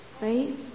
Right